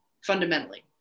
Fundamentally